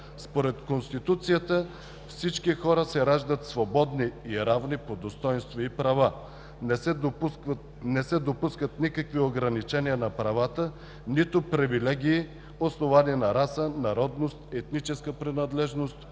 Според Конституцията всички хора се раждат свободни и равни по достойнство и права. Не се допускат никакви ограничения на правата, нито привилегии, основани на раса, народност, етническа принадлежност,